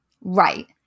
Right